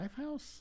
Lifehouse